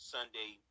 Sunday